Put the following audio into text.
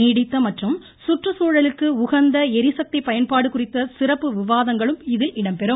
நீடித்த மற்றும் சுற்றுச்சூழலுக்கு உகந்த ளரிசக்தி பயன்பாடு குறித்த சிறப்பு விவாதங்களும் இதில் இடம்பெறும்